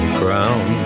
crown